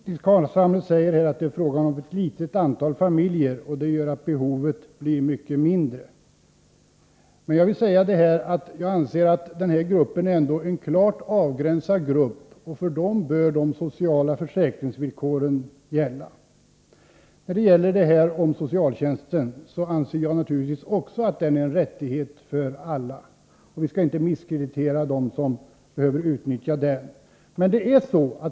Fru talman! Nils Carlshamre säger att det är fråga om ett litet antal familjer och att detta gör att behovet blir mycket mindre. Jag anser emellertid att denna grupp ändå utgör en klart avgränsad grupp, och för den bör de sociala försäkringsvillkoren gälla. Även jag anser naturligtvis att socialtjänsten är en rättighet för alla. Vi skall inte misskreditera dem som behöver utnyttja den.